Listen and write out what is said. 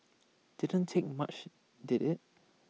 didn't take much did IT